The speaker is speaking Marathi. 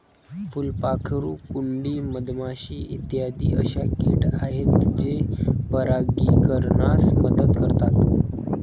फुलपाखरू, कुंडी, मधमाशी इत्यादी अशा किट आहेत जे परागीकरणास मदत करतात